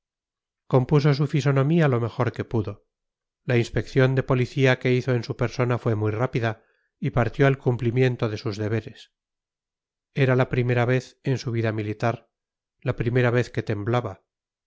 compuso su fisonomía lo mejor que pudo la inspección de policía que hizo en su persona fue muy rápida y partió al cumplimiento de sus deberes era la primera vez en su vida militar la primera vez que temblaba